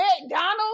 McDonald's